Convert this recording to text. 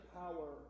power